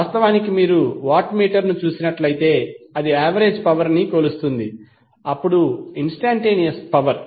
వాస్తవానికి మీరు watt meter ను చూసినట్లయితే అది యావరేజ్ పవర్ ని కొలుస్తుంది అప్పుడు ఇన్స్టంటేనియస్ పవర్